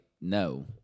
no